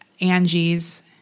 Angie's